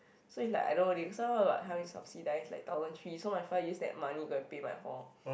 so it's like I don't really somehow like help me subsidize like thousand three so my father use that money go and pay my hall